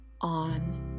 on